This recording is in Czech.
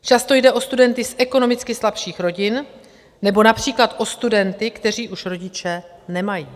Často jde o studenty z ekonomicky slabších rodin nebo například o studenty, kteří už rodiče nemají.